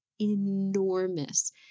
enormous